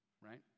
Right